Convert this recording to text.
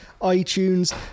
iTunes